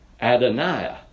Adonai